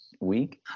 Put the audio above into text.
week